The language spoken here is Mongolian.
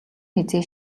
хэзээ